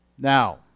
Now